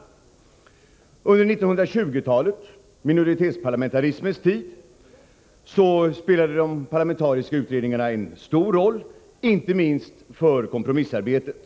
Under 1920-talet — minoritetsparlamentarismens tid — spelade de parlamentariska utredningarna en stor roll, inte minst för kompromissarbetet.